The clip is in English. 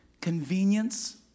convenience